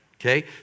okay